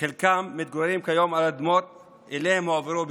וחלקם מתגוררים כיום על אדמות שאליהן הועברו,